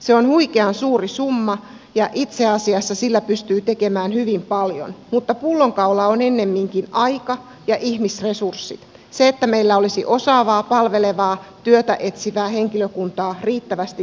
se on huikean suuri summa ja itse asiassa sillä pystyy tekemään hyvin paljon mutta pullonkaula on ennemminkin aika ja ihmisresurssit se että meillä olisi osaavaa palvelevaa työtä etsivää henkilökuntaa riittävästi työvoimatoimistoissa